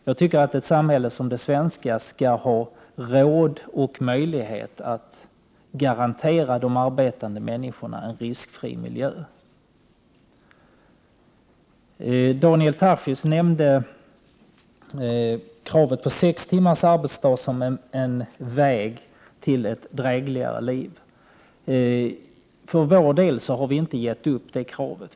Jag tycker att ett samhälle som det svenska skall ha råd och möjlighet att garantera de arbetande människorna en riskfri miljö. Daniel Tarschys nämnde sex timmars arbetsdag som en väg till ett drägligare liv. För vår del har vi inte gett upp det kravet.